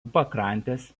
pakrantės